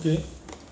okay